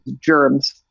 germs